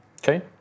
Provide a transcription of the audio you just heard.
Okay